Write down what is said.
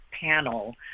panel